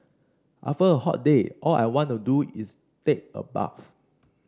after a hot day all I want to do is take a bath